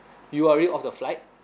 you are already off the flight